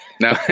no